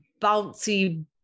bouncy